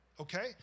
Okay